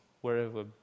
wherever